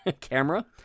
camera